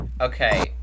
Okay